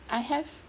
I have